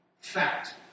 Fact